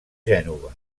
gènova